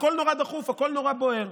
הכול נורא דחוף, הכול נורא בוער.